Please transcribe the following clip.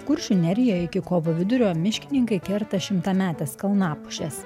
kuršių nerijoje iki kovo vidurio miškininkai kerta šimtametės kalnapušės